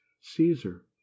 caesar